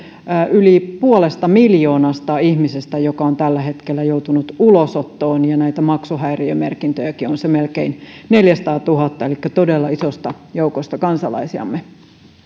yli puolesta miljoonasta ihmisestä jotka ovat tällä hetkellä joutuneet ulosottoon ja näitä maksuhäiriömerkintöjäkin on on melkein se neljäsataatuhatta elikkä on kyse todella isosta joukosta kansalaisiamme